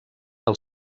del